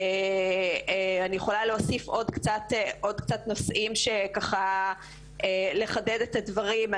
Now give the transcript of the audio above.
ואני יכולה להוסיף עוד כמה נושאים כדי לחדד את הדברים.